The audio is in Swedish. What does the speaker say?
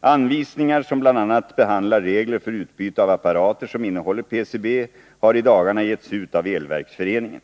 Anvisningar som bl.a. behandlar regler för utbyte av apparater som innehåller PCB har i dagarna getts ut av Elverksföreningen.